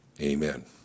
Amen